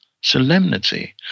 solemnity